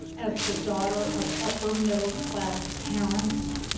as the daughter of upper middle-class parents,